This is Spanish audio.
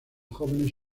jóvenes